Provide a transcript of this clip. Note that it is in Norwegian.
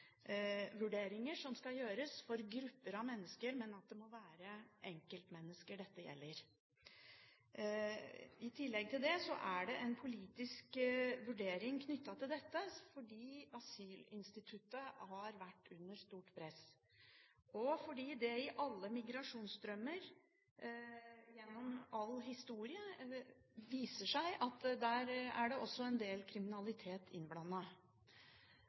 som skal gjøres for grupper av mennesker, men at det må være enkeltmennesker dette gjelder. I tillegg er det en politisk vurdering knyttet til dette, fordi asylinstituttet har vært under stort press, og fordi det i alle migrasjonsstrømmer – gjennom all historie – viser seg at det der også er en del kriminalitet